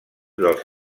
dels